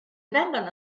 vengano